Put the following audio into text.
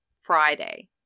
Friday